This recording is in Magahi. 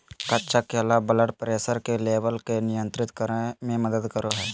कच्चा केला ब्लड प्रेशर के लेवल के नियंत्रित करय में मदद करो हइ